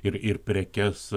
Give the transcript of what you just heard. ir ir prekes